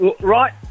Right